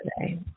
today